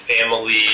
family